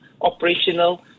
operational